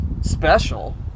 special